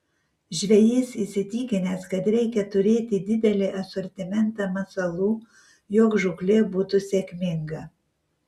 žvejys įsitikinęs kad reikia turėti didelį asortimentą masalų jog žūklė būtų sėkminga